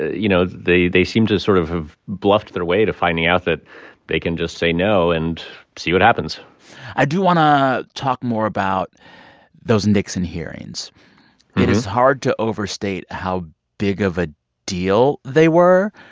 you know, they they seem to sort of have bluffed their way to finding out that they can just say no and see what happens i do want to talk more about those nixon hearings. it is hard to overstate how big of a deal they were.